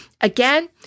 Again